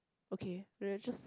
okay we are just